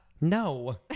No